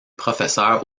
professeur